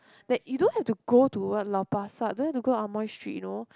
that you don't have to go to what lau-pa-sat don't have to go Amoy Street you know